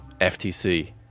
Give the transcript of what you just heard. FTC